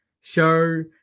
show –